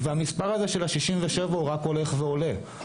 והמספר הזה של ה-67 רק הולך ועולה.